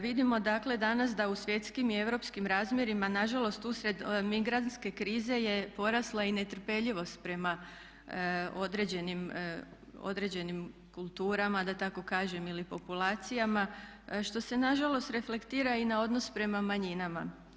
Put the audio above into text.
Vidimo dakle danas da u svjetskim i europskim razmjerima nažalost usred migrantske krize je porasla i netrpeljivost prema određenim kulturama da tako kažem ili populacijama što se nažalost reflektira i na odnos prema manjinama.